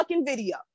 video